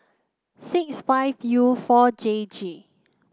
six five U four J G